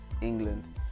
england